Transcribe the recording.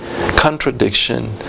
contradiction